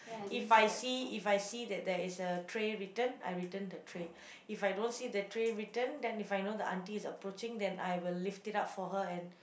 if I see if I see that there is a tray return I return the tray if I don't see the tray return then if I know the auntie is approaching then I will lift it up for her and